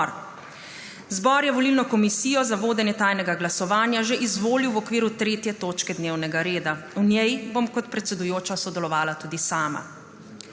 Zbor je volilno komisijo za vodenje tajnega glasovanja že izvolil v okviru 3. točke dnevnega reda. V njej bom kot predsedujoča sodelovala tudi sama.